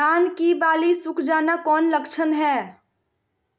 धान की बाली सुख जाना कौन लक्षण हैं?